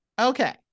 Okay